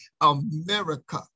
America